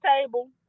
table